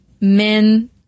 men